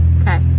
Okay